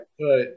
Right